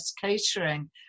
Catering